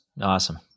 Awesome